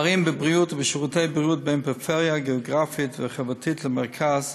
פערים בבריאות ובשירותי בריאות בין פריפריה גיאוגרפית וחברתית למרכז